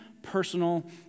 personal